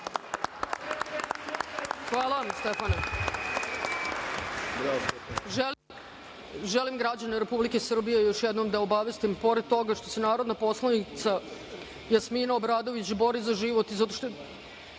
Hvala vam, Stefane. Želim građane Republike Srbije još jednom da obavestim, pored toga što se narodna poslanica Jasmina Obradović bori za život